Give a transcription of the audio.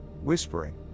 whispering